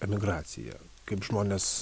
emigracija kaip žmonės